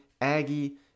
Aggie